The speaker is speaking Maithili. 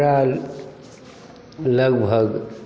हमरा लगभग